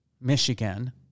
Michigan